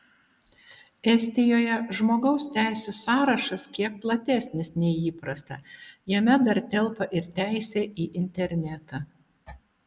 estijoje žmogaus teisių sąrašas kiek platesnis nei įprasta jame dar telpa ir teisė į internetą